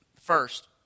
First